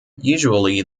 usually